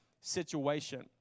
situation